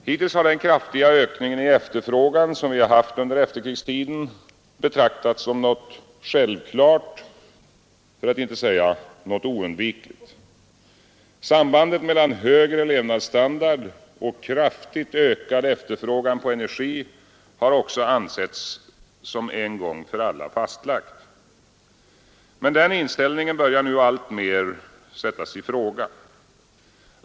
Hittills har den kraftiga ökning i efterfrågan som vi har haft under efterkrigstiden betraktats som något oundvikligt. Sambandet mellan högre levnadsstandard och kraftigt ökad efterfrågan på energi har också ansetts som en gång för alla fastlagt. Men den inställningen börjar nu alltmer sättas i fråga.